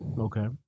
Okay